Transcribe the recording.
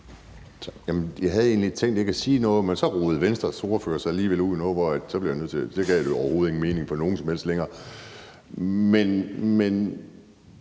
Tak. Jeg havde egentlig ikke tænkt mig at sige noget, men så rodede Venstres ordfører sig alligevel ud i noget, hvor det overhovedet ikke gav nogen mening for nogen som helst længere. Men